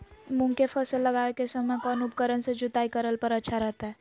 मूंग के फसल लगावे के समय कौन उपकरण से जुताई करला पर अच्छा रहतय?